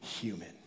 human